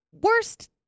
worst